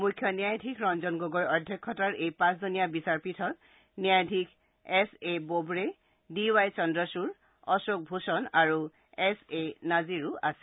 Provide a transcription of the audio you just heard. মুখ্য ন্যায়াধীশ ৰঞ্জন গগৈৰ অধ্যক্ষতাৰ এই পাচজনীয়া বিচাৰপীঠত ন্যায়াধীশ S A Bobde D Y Chandrachud Ashok Bhushan আৰু এচ এ নাজিৰো আছে